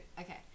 Okay